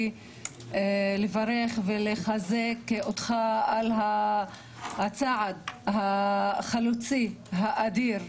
לברך ולחזק אותך על הצעד החלוצי האדיר,